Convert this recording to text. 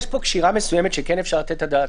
יש פה קשירה מסוימת שכן אפשר לתת את הדעת,